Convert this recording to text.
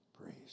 Praise